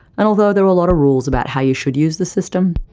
and although there were lots of rules about how you should use the system,